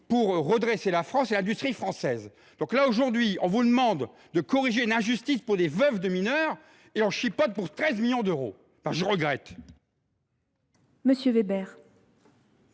pour redresser la France et l’industrie française ! Madame la ministre, on vous demande de corriger une injustice pour des veuves de mineurs, mais vous chipotez pour 13 millions d’euros ! Je le regrette.